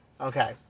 Okay